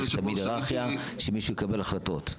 צריך תמיד היררכיה, שמישהו יקבל החלטות.